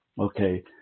okay